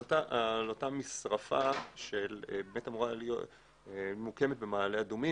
אותה משרפה שאמורה להיות מוקמת במעלה אדומים,